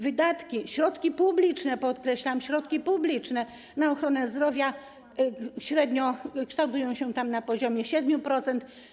Wydatki, środki publiczne, podkreślam, środki publiczne na ochronę zdrowia średnio kształtują się tam na poziomie 7%.